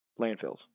landfills